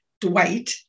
Dwight